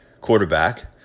quarterback